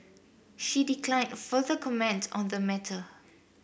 she declined further comments on the matter